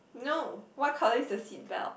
no what colour is the seatbelt